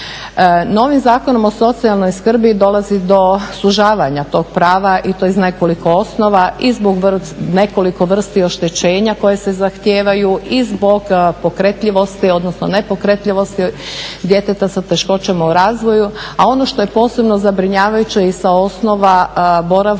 Novim Zakonom o socijalnoj skrbi dolazi do sužavanja tog prava i to iz nekoliko osnova i zbog nekoliko vrsti oštećenja koja se zahtijevaju i zbog pokretljivosti, odnosno nepokretljivosti djeteta sa teškoćama u razvoju, a ono što je posebno zabrinjavajuće i sa osnova boravka toga